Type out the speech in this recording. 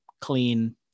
Clean